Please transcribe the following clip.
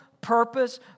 purpose